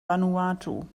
vanuatu